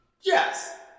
Yes